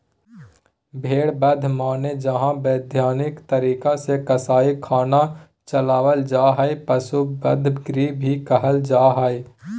भेड़ बध माने जहां वैधानिक तरीका से कसाई खाना चलावल जा हई, पशु वध गृह भी कहल जा हई